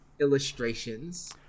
illustrations